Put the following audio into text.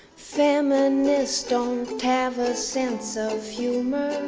feminists don't have a sense of humor